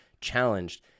challenged